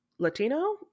latino